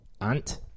aunt